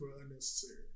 unnecessary